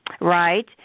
Right